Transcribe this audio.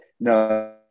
No